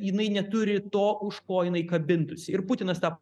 jinai neturi to už ko jinai kabintųsi ir putinas tą